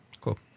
Cool